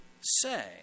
say